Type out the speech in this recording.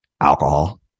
alcohol